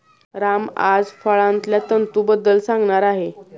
राम आज फळांतल्या तंतूंबद्दल सांगणार आहे